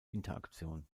interaktion